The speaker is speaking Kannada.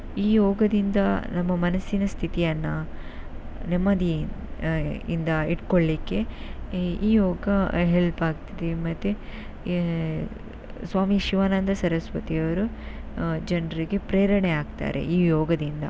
ಈ ಯೋಗದಿಂದ ನಮ್ಮ ಮನಸ್ಸಿನ ಸ್ಥಿತಿಯನ್ನು ನೆಮ್ಮದಿ ಇಂದ ಇಟ್ಕೊಳ್ಲಿಕ್ಕೆ ಈ ಯೋಗ ಹೆಲ್ಪ್ ಆಗ್ತದೆ ಮತ್ತು ಏ ಸ್ವಾಮಿ ಶಿವಾನಂದ ಸರಸ್ವತಿಯವರು ಜನರಿಗೆ ಪ್ರೇರಣೆ ಆಗ್ತಾರೆ ಈ ಯೋಗದಿಂದ